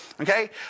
Okay